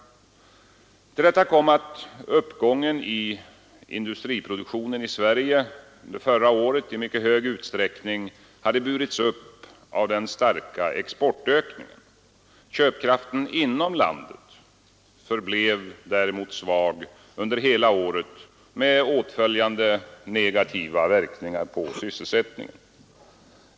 Till detta kom att uppgången i industriproduktionen i Sverige under förra året i mycket stor utsträckning hade burits upp av den starka exportökningen. Köpkraften inom landet förblev däremot svag under hela året med åtföljande negativa verkningar på sysselsättningen.